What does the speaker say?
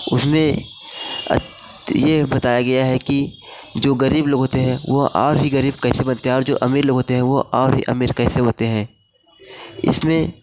उसमें यह बताया गया है कि जो गरीब लोग होते हैं वह और भी गरीब कैसे बनते हैं और जो अमीर लोग होते हैं और ही अमीर कैसे होते हैं इसमें